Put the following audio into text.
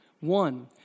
One